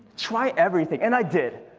try everything and i did.